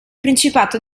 principato